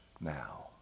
now